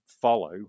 follow